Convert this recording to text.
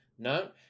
No